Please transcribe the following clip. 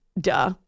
duh